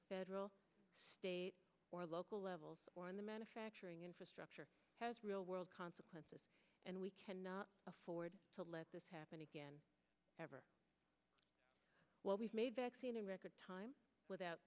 federal state or local level or in the manufacturing infrastructure has real world consequences and we cannot afford to let this happen again ever what we've seen in record time without